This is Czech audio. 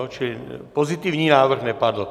Čili pozitivní návrh nepadl.